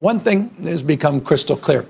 one thing has become crystal clear